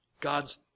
God's